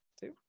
Two